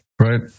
right